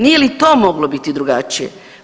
Nije li to moglo biti drugačije?